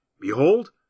Behold